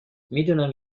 میدونم